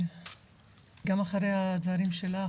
גם אחריי הדברים שלך,